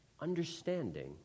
Understanding